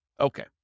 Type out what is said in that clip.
Okay